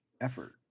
effort